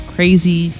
Crazy